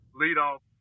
leadoff